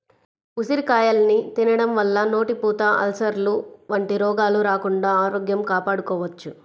ఉసిరికాయల్ని తినడం వల్ల నోటిపూత, అల్సర్లు వంటి రోగాలు రాకుండా ఆరోగ్యం కాపాడుకోవచ్చు